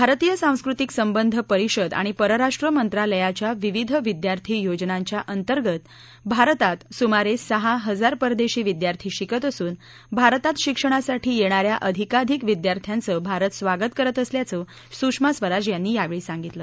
भारतीय सांस्कृतिक संबंध परिषद आणि परराष्ट्र मंत्रालयाच्या विविध विद्यार्थी योजनांच्या अंतर्गत भारतात सुमारे सहा हजार परदेशी विद्यार्थी शिकत असून भारतात शिक्षणासाठी येणाऱ्या आधिकाधिक विद्यार्थ्यांचं भारत स्वागत करत असल्याचं सुषमा स्वराज यांनी यावेळी सांगितलं